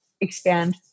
expand